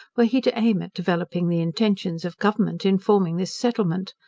were he to aim at developing the intentions of government in forming this settlement.